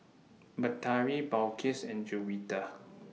Batari Balqis and Juwita